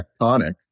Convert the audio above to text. tectonic